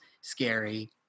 scary